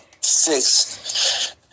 six